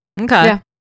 Okay